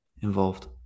involved